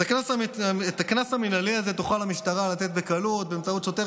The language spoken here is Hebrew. את הקנס המינהלי הזה תוכל המשטרה לתת בקלות באמצעות שוטר